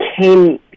came